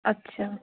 ਅੱਛਾ